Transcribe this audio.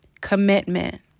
commitment